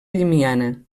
llimiana